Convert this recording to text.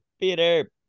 peter